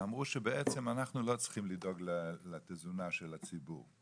אמרו שבעצם אנחנו לא צריכים לדאוג לתזונה של הציבור,